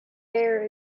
air